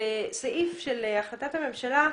בסעיף של החלטת הממשלה,